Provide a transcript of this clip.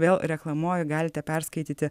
vėl reklamuoju galite perskaityti